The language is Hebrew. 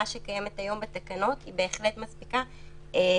שקיימת היום בתקנות בהחלט מספיקה.